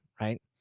right